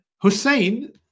hussein